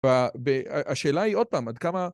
והשאלה היא עוד פעם, עד כמה...